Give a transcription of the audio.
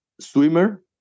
swimmer